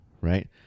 right